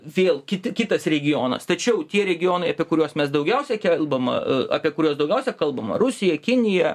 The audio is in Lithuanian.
vėl kiti kitas regionas tačiau tie regionai apie kuriuos mes daugiausia kalbama apie kuriuos daugiausia kalbama rusija kinija